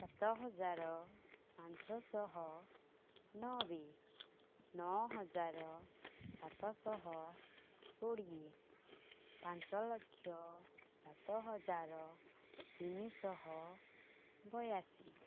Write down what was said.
ସାତ ହଜାର ପାଞ୍ଚଶହ ନବେ ନଅ ହଜାର ସାତଶହ କୋଡ଼ିଏ ପାଞ୍ଚ ଲକ୍ଷ ସାତ ହଜାର ତିନିଶହ ବୟାଅଶୀ